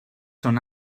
són